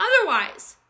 otherwise